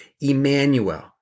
Emmanuel